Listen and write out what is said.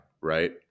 Right